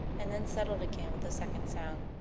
and then settled again with a second sound.